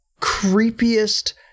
creepiest